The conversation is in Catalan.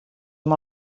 amb